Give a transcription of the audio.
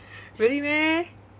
really meh